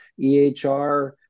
EHR